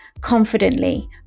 confidently